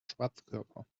schwarzkörper